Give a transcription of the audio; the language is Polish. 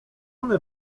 one